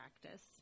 practice